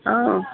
ಹ್ಞೂ